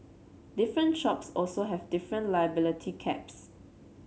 different shops also have different liability caps